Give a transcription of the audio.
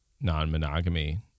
non-monogamy